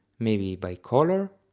maybe by color?